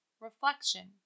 Reflection